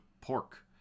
pork